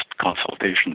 consultation